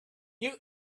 new